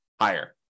higher